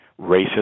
Racism